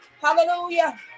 Hallelujah